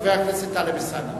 חבר הכנסת טלב אלסאנע.